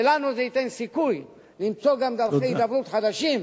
ולנו זה ייתן סיכוי למצוא גם דרכי הידברות חדשות,